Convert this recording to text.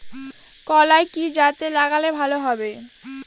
কলাই কি জাতে লাগালে ভালো হবে?